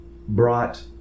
brought